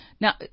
now